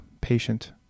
patient